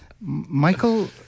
Michael